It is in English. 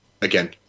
again